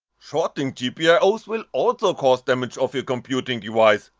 shorting gpios will also cause damage of your computing device,